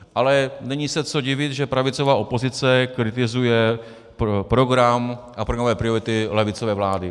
Ale není se co divit, že pravicová opozice kritizuje program a programové priority levicové vlády.